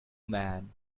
man